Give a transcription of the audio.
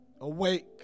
awake